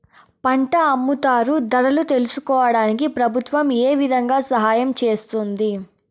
పంట అమ్ముతారు ధరలు తెలుసుకోవడానికి ప్రభుత్వం ఏ విధంగా సహాయం చేస్తుంది?